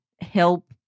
help